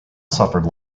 suffered